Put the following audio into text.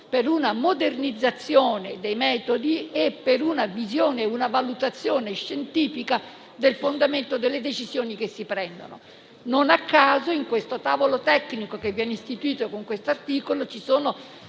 per una modernizzazione dei metodi e per una visione e una valutazione scientifica del fondamento delle decisioni che si prendono. Non a caso, nel tavolo tecnico che viene istituito con questo articolo, ci sono